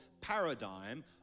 paradigm